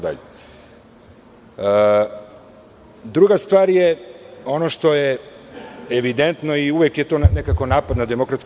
Druga stvar je ono što je evidentno i uvek je to napad na DS.